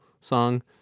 song